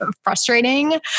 frustrating